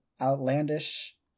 outlandish